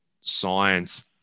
science